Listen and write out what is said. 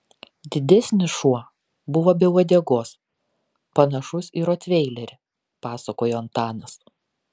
didesnis šuo buvo be uodegos panašus į rotveilerį pasakojo antanas